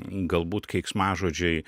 galbūt keiksmažodžiai